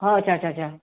अच्छा च्छा च्छा